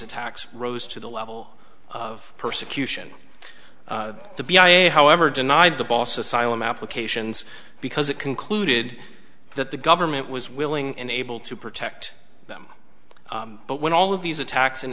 attacks rose to the level of persecution to be i e however denied the boss asylum applications because it concluded that the government was willing and able to protect them but when all of these attacks and